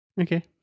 Okay